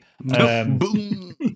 Boom